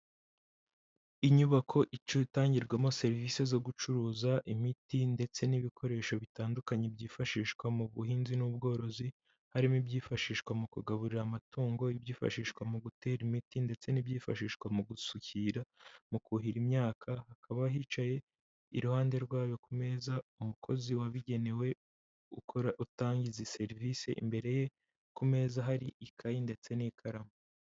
Inyubako itangirwamo serivisi zo gucuruza imiti, ndetse n'ibikoresho bitandukanye byifashishwa mu buhinzi n'ubworozi, harimo ibyifashishwa mu kugaburira amatungo, ibyifashishwa mu gutera imiti, ndetse n'ibyifashishwa mu gusukira, mu kuhira imyaka, hakaba hicaye iruhande rwayo ku meza, umukozi wabigenewe ukora utanga izi serivisi, imbere ye ku meza hari ikayi ndetse n'ikaramu.